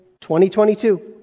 2022